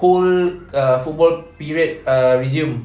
whole uh football period uh resumes